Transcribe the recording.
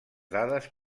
dades